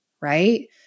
Right